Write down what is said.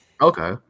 Okay